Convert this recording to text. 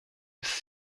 ist